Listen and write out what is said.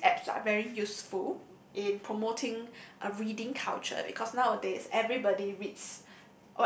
all these apps are very useful in promoting a reading culture because nowadays everybody reads